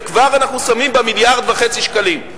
וכבר אנחנו שמים בה מיליארד וחצי שקלים.